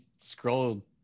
scroll